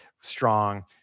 strong